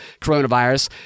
coronavirus